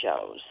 shows